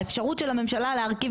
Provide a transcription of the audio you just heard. האפשרות של הממשלה להרכיב